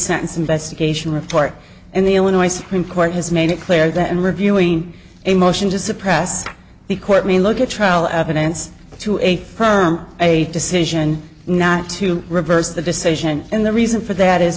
sentence investigation report and the illinois supreme court has made it clear that in reviewing a motion to suppress the court mean look at trial evidence to a perm a decision not to reverse the decision and the reason for that is